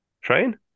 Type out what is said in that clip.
Train